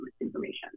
information